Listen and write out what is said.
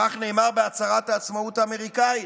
כך נאמר בהצהרת העצמאות האמריקנית.